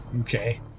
Okay